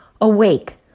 Awake